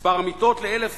מספר המיטות ל-1,000